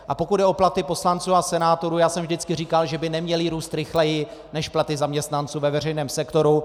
A pokud jde o platy poslanců a senátorů, vždycky jsem říkal, že by neměly růst rychleji než platy zaměstnanců ve veřejném sektoru.